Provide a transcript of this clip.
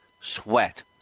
sweat